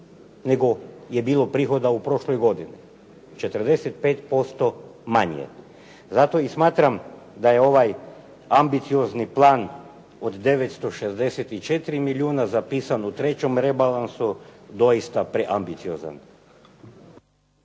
nego je bilo prihoda u prošloj godini. 45% manje. Zato i smatram da je ovaj ambiciozni plan od 964 milijuna zapisan u 3. rebalansu doista preambiciozan.